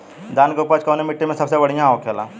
धान की उपज कवने मिट्टी में सबसे बढ़ियां होखेला?